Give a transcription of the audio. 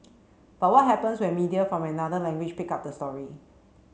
but what happens when media from another language pick up the story